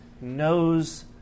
knows